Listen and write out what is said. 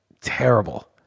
terrible